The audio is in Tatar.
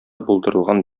булдырылган